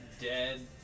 dead